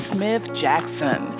Smith-Jackson